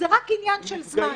זה רק עניין של זמן.